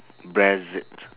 brexit